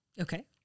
okay